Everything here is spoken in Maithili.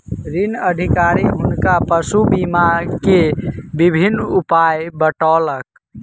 ऋण अधिकारी हुनका पशु बीमा के विभिन्न उपाय बतौलक